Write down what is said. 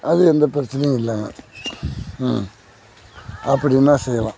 அது எந்த பிரச்சனையும் இல்லைங்க ம் அப்படின்னா செய்யலாம்